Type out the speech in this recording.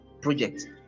project